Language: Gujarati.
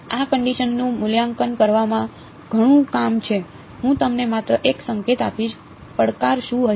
આ કંડિશનનું મૂલ્યાંકન કરવામાં ઘણું કામ છે હું તમને માત્ર 1 સંકેત આપીશ પડકાર શું હશે